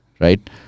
Right